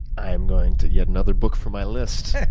i'm going to get another book for my list.